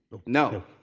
no.